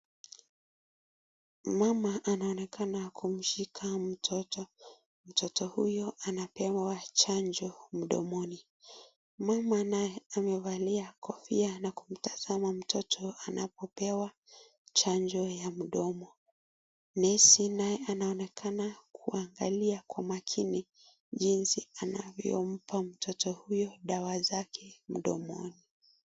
Mama anaonekana kumshika mtoto. Mtoto huyo anapewa chanjo mdomoni. Mama naye amevalia kofia na kumtazama mtoto anapo pewa chanjo ya mdomo. Nesi naye anaonekana kuangalia kwa makini jinsi anavyompa mtoto huyo dawa zake mdomoni.